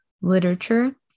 literature